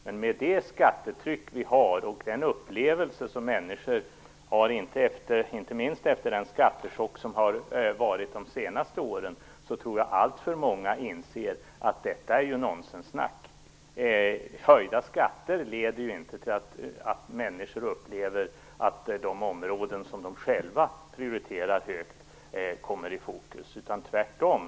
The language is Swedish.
Men med det skattetryck vi har och med upplevelserna av inte minst skattechocker de senaste åren tror jag att alltför många inser att detta är nonsenssnack. Höjda skatter leder inte till att människor upplever att de områden som de själva prioriterar högt kommer i fokus, tvärtom.